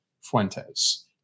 Fuentes